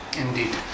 Indeed